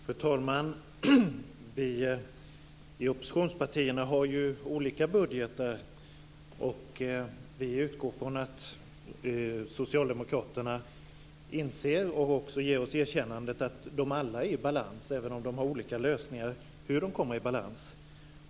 Fru talman! Vi i oppositionspartierna har olika budgetar, och vi utgår från att socialdemokraterna inser och också ger oss erkännandet att de alla är i balanser, även om vi har olika lösningar på hur man kommer i balans.